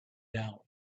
down